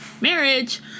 marriage